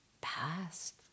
past